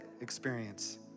experience